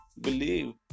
believe